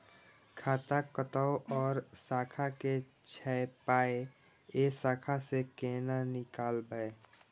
खाता कतौ और शाखा के छै पाय ऐ शाखा से कोना नीकालबै?